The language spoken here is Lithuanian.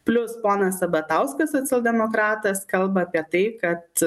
plius ponas sabatauskas socialdemokratas kalba apie tai kad